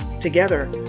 Together